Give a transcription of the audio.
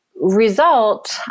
result